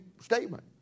statement